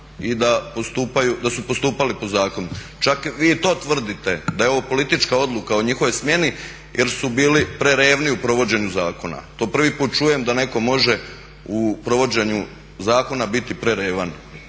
i da su postupali po zakonu. Čak vi i to tvrdite da je ovo politička odluka o njihovoj smjeni jer su bili prerevni u provođenju zakona. to prvi puta čujem da netko može u provođenju zakona biti prerevan